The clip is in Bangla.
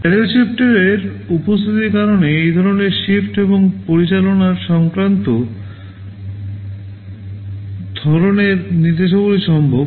ব্যারেল শিফটারের উপস্থিতির কারণে এই ধরণের শিফট এবং পরিচালনা সংক্রান্ত ধরণের নির্দেশাবলী সম্ভব